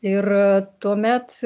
ir tuomet